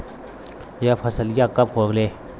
यह फसलिया कब होले?